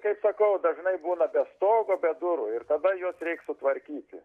kaip sakau dažnai būna be stogo be durų ir tada juos reik sutvarkyti